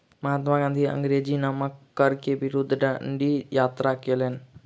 महात्मा गाँधी अंग्रेजी नमक कर के विरुद्ध डंडी यात्रा कयलैन